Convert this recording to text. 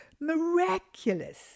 miraculous